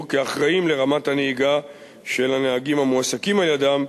כאחראים לרמת הנהיגה של הנהגים המועסקים על-ידם,